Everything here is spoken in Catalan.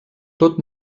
tot